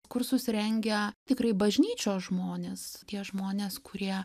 kursus rengia tikrai bažnyčios žmonės tie žmonės kurie